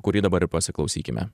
kurį dabar ir pasiklausykime